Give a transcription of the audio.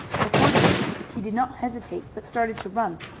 accordingly he did not hesitate, but started to run,